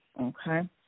Okay